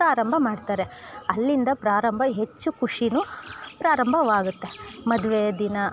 ಪ್ರಾರಂಭ ಮಾಡ್ತಾರೆ ಅಲ್ಲಿಂದ ಪ್ರಾರಂಭ ಹೆಚ್ಚು ಖುಷಿ ಪ್ರಾರಂಭವಾಗತ್ತೆ ಮದುವೆ ದಿನ